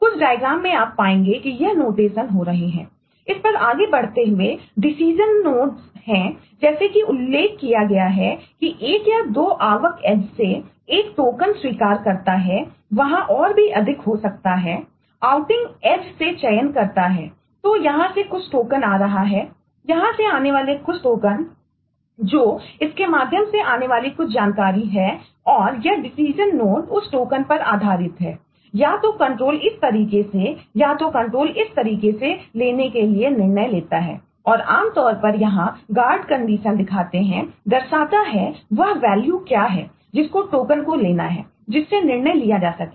इस पर आगे बढ़ते हुए डिसीजन नोड्स क्या है जिसको टोकन को लेना है जिससे निर्णय लिया जा सके